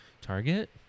Target